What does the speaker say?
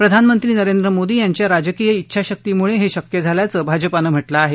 प्रधानमंत्री नरेंद्र मोदी यांच्या राजकीय इच्छाशक्तीमुळे हे शक्य झाल्याचं भाजपानं म्हा कें आहे